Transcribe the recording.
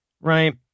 Right